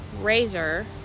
razor